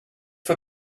for